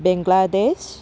Bangladesh